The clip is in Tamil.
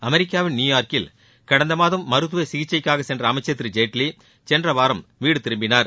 அமெரிக்காவின் நியூயார்க்கில் கடந்த மாதம் மருத்துவ சிகிச்சைக்காக சென்ற அமைச்சர் திரு ஜேட்வி சென்ற வாரம் வீடு திரும்பினார்